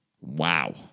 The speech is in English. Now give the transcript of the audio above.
Wow